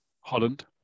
Holland